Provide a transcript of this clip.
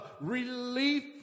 relief